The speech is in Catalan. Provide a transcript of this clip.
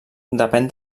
depèn